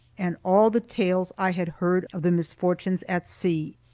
and all the tales i had heard of the misfortunes at sea,